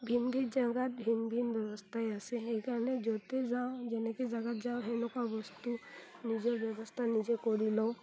ভিন ভিন জেগাত ভিন ভিন ব্যৱস্থাই আছে সেইকাৰণে য'তে যাওঁ যেনেকুৱা জেগাত যাওঁ সেনেকুৱা বস্তু নিজৰ ব্যৱস্থা নিজে কৰি লওঁ